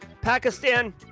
Pakistan